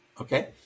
Okay